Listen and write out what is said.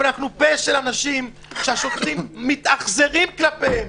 אבל אנחנו פה של אנשים שהשוטרים מתאכזרים כלפיהם.